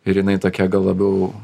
ir jinai tokia gal labiau